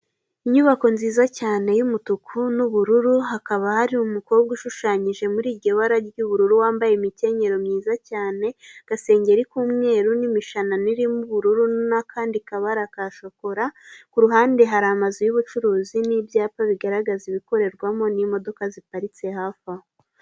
Inyubako nziza cyane y'umutuku na ubururu, hakaba hari umukobwa ushushanyije muri iryo bara rya ubururu wambaye imikenyero myiza cyane, agasengeri ka umweru na imishanana irimo ubururu nakandi kabara ka shokora, kuruhande hari amazu yubucuruzi na ibyapa bigaragaza ibiyakorerwamo na imodoka zioaritse hafi aho.